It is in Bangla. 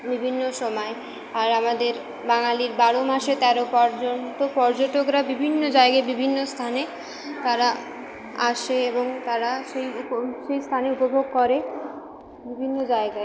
বিভিন্ন সময় আর আমাদের বাঙালির বারো মাসে তেরো পার্বন তো পর্যটকরা বিভিন্ন জায়গায় বিভিন্ন স্থানে তারা আসে এবং তারা সেই উপে সেই স্থানে উপভোগ করে বিভিন্ন জায়গায়